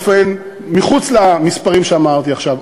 חוץ מהמספרים שאמרתי עכשיו,